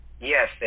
yes